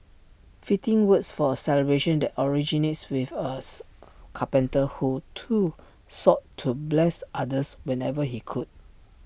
fitting words for A celebration that originates with A carpenter who too sought to bless others whenever he could